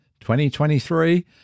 2023